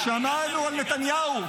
שמענו על נתניהו.